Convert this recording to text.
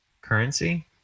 currency